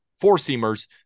four-seamers